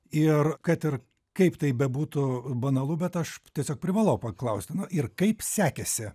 ir kad ir kaip tai bebūtų banalu bet aš tiesiog privalau paklausti na ir kaip sekėsi